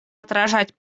отражать